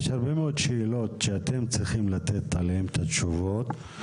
יש הרבה מאוד שאלות שאתם צריכים לתת עליהם את התשובות,